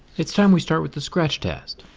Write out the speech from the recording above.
it's time we start with the scratch test.